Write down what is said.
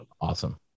Awesome